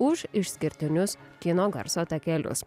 už išskirtinius kino garso takelius